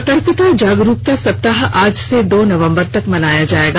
सतर्कता जागरूकता सप्ताह आज से दो नवम्बर तक मनाया जाएगा